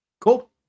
Cool